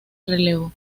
relevo